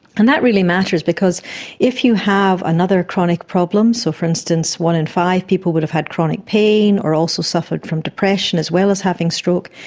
and that really matters because if you have another chronic problem, so for instance one in five people would have had chronic pain or also suffered from depression as well as having stroke,